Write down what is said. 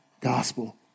gospel